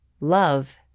Love